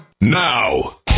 now